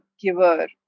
giver